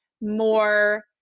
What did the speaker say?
more